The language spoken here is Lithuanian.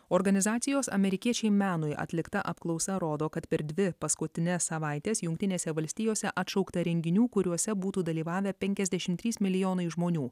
organizacijos amerikiečiai menui atlikta apklausa rodo kad per dvi paskutines savaites jungtinėse valstijose atšaukta renginių kuriuose būtų dalyvavę penkiasdešim trys milijonai žmonių